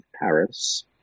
Paris